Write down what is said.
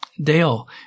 Dale